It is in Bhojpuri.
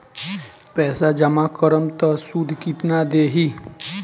पैसा जमा करम त शुध कितना देही?